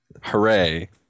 hooray